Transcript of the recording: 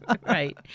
right